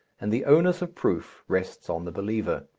and the onus of proof rests on the believer.